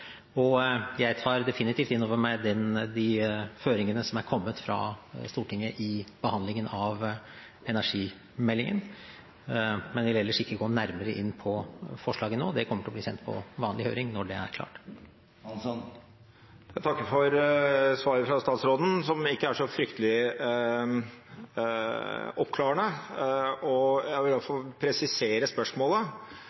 forhold. Jeg tar definitivt inn over meg de føringene som er kommet fra Stortinget i behandlingen av energimeldingen, men vil ellers ikke gå nærmere inn på forslaget nå. Det kommer til å bli sendt på vanlig høring når det er klart. Jeg takker for svaret fra statsråden, som ikke er så fryktelig oppklarende. Jeg vil presisere spørsmålet: Kan statsråden bekrefte at Stortinget vil få